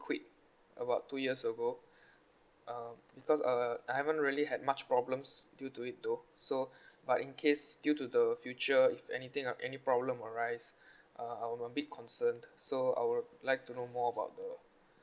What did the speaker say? quit about two years ago uh because uh I haven't really had much problems due to it though so but in case due to the future if anything or any problem arise uh I'm a bit concerned so I would like to know more about the